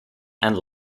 and